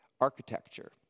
architecture